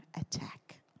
attack